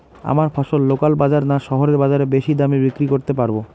আমরা ফসল লোকাল বাজার না শহরের বাজারে বেশি দামে বিক্রি করতে পারবো?